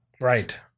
Right